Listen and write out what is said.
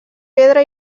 pedra